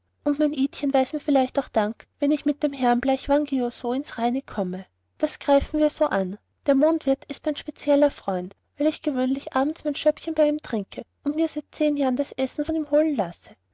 und mein idchen weiß mir vielleicht auch dank wenn ich mit dem herrn nachbar bleichwangioso aufs reine komme das greifen wir so an der mondwirt ist mein spezieller freund weil ich gewöhnlich abends mein schöppchen bei ihm trinke und mir seit zehn jahren das essen von ihm holen lasse